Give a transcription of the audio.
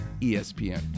ESPN